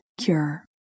cure